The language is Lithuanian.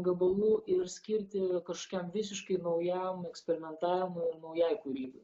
gabalų ir skirti kažkokiam visiškai naujam eksperimentavimui naujai kūrybai